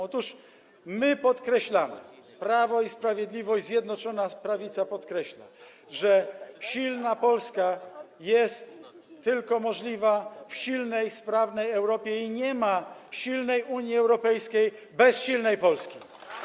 Otóż my podkreślamy, Prawo i Sprawiedliwość, Zjednoczona Prawica podkreśla, że silna Polska jest możliwa tylko w silnej, sprawnej Europie i nie ma silnej Unii Europejskiej bez silnej Polski.